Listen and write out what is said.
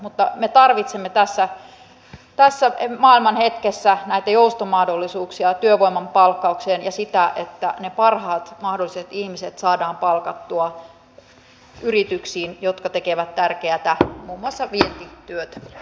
mutta me tarvitsemme tässä maailmanhetkessä näitä jouston mahdollisuuksia työvoiman palkkaukseen ja sitä että ne parhaat mahdolliset ihmiset saadaan palkattua yrityksiin jotka tekevät tärkeätä muun muassa vientityötä